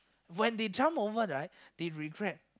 when they jump over right they regret